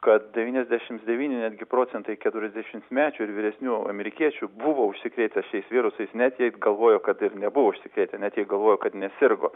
kad devyniasdešims devyni netgi procentai keturiasdešimmečių ir vyresnių amerikiečių buvo užsikrėtę šiais virusais net jei galvojo kad ir nebuvo užsikrėtę net jie galvojo kad nesirgo